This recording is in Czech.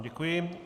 Děkuji.